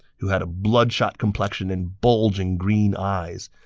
who had a bloodshot complexion and bulging green eyes.